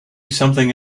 something